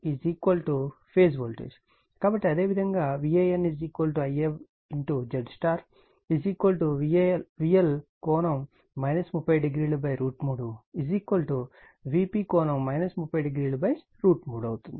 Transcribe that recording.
కాబట్టి అదే విధంగా VAN IaZy VL 3003 Vp 3003 అవుతుంది